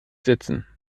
setzen